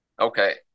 okay